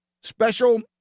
Special